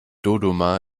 dodoma